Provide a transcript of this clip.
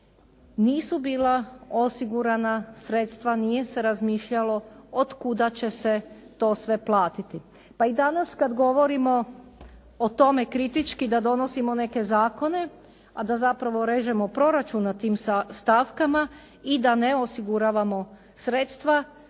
nisu bila osigurana sredstva, nije se razmišljalo od kuda će se to sve platiti. Pa i danas kad govorimo o tome kritički da donosimo neke zakone a da zapravo režemo proračun na tim stavkama i da ne osiguravamo sredstva